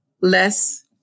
less